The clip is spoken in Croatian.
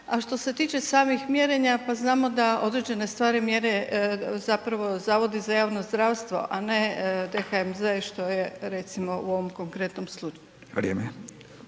A što se tiče samih mjerenja, pa znamo da određene stvari mjere zapravo zavodi za javno zdravstvo a ne DHMZ što je recimo u ovom konkretnom slučaju.